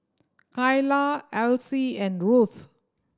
Kylah Elyse and Ruth